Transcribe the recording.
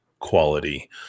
quality